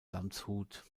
landshut